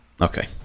Okay